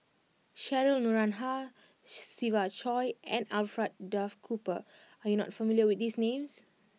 Cheryl Noronha Siva Choy and Alfred Duff Cooper are you not familiar with these names